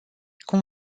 cum